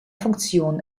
funktionen